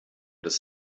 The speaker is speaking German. des